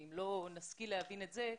ואם לא נשכיל להבין את זה,